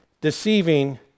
deceiving